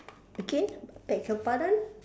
again beg your pardon